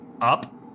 up